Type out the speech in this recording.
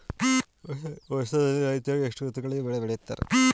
ವರ್ಷದಲ್ಲಿ ರೈತರು ಎಷ್ಟು ಋತುಗಳಲ್ಲಿ ಬೆಳೆ ಬೆಳೆಯುತ್ತಾರೆ?